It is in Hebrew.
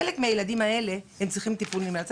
חלק מהילדים האלה צריכים טיפול נמרץ.